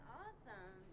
awesome